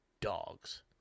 dogs